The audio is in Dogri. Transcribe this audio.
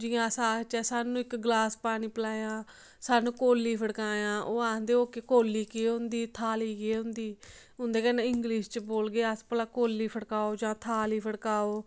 जियां अस आखचै सानूं इक ग्लास पानी पलायां सानूं कौली फड़कायां ओह् आखदे ओह् केह् कौली केह् होंदी थाली केह् होंदी उं'दे कन्नै इंग्लिश च बोलगे अस भला कौली फड़काओ जां थाली फड़काओ